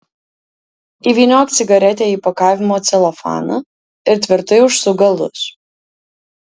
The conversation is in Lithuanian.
įvyniok cigaretę į pakavimo celofaną ir tvirtai užsuk galus